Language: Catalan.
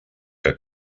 que